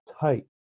tight